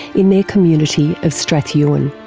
in their community of strathewen.